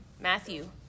Matthew